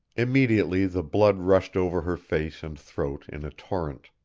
immediately the blood rushed over her face and throat in a torrent.